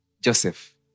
Joseph